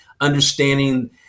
understanding